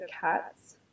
cats